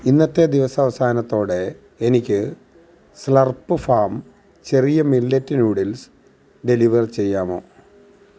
ഇന്നത്തെ ദിവസാവസാനത്തോടെ എനിക്ക് സ്ലർപ്പ് ഫാം ചെറിയ മില്ലറ്റ് നൂഡിൽസ് ഡെലിവർ ചെയ്യാമോ